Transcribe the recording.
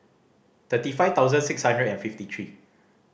thirty five thousand six hundred and fifty three